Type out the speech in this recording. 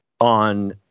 on